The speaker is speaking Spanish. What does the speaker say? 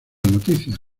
noticia